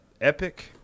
Epic